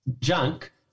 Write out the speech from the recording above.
junk